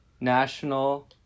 national